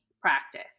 practice